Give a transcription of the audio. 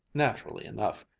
naturally enough,